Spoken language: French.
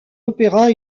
opéra